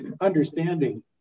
understanding